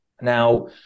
Now